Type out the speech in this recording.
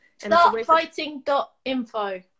Startfighting.info